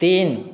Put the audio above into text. तीन